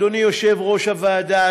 אדוני יושב-ראש הוועדה,